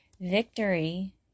victory